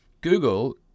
Google